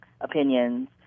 opinions